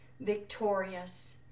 victorious